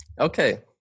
okay